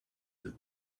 that